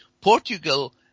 Portugal